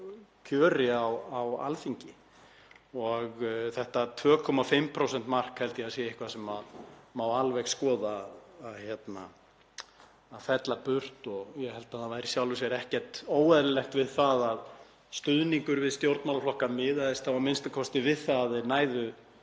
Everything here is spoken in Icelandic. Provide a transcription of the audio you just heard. kjöri á Alþingi. Þetta 2,5% mark held ég að sé eitthvað sem megi alveg skoða að fella burt og ég held að það væri í sjálfu sér ekkert óeðlilegt við það að stuðningur við stjórnmálaflokka miðaðist þá a.m.k. við það að þeir næðu